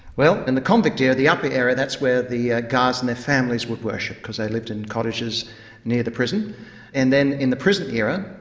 well in the convict era, the upper area, that's where the guards and their families would worship, because they lived in cottages near the prison and then in the prison era,